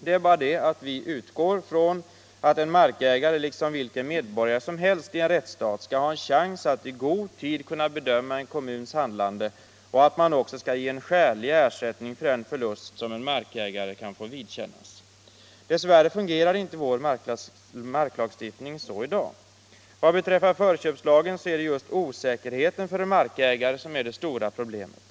Det är bara det att vi utgår ifrån att en markägare liksom vilken medborgare som helst i en rättsstat skall ha en chans att i god tid kunna bedöma en kommuns handlande och att kommunen också skall ge skälig ersättning för den förlust som en markägare kan få vidkännas. Dess värre fungerar inte vår marklagstiftning så i dag. Vad beträffar förköpslagen är det just osäkerheten för en markägare som är det stora problemet.